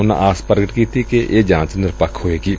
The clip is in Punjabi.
ਉਨੂਾ ਆਸ ਪ੍ਗਟ ਕੀਤੀ ਕਿ ਇਹ ਜਾਂਚ ਨਿਰਪੱਖ ਹੋਵੇਗੀ